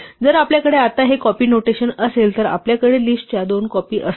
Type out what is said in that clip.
जर आपल्याकडे आता हे कॉपी नोटेशन असेल तर आपल्याकडे लिस्टच्या दोन कॉपी असतील